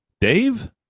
dave